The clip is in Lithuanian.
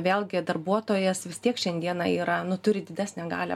vėlgi darbuotojas vis tiek šiandieną yra nu turi didesnę galią